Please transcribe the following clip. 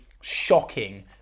shocking